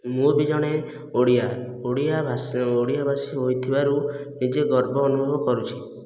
ମୁଁ ବି ଜଣେ ଓଡ଼ିଆ ଓଡ଼ିଆ ଓଡ଼ିଆ ବାସୀ ହୋଇଥିବାରୁ ନିଜେ ଗର୍ବ ଅନୁଭବ କରୁଛି